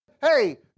hey